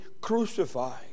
crucified